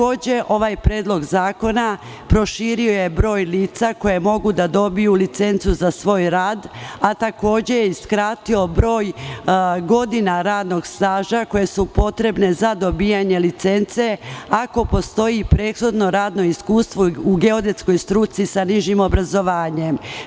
Ovaj predlog zakona proširio je i broj lica koja mogu da dobiju licencu za svoj rad, a takođe je i skratio broj godina radnog staža potrebnih za dobijanje licence ako postoji prethodno radno iskustvo u geodetskoj struci sa nižim obrazovanjem.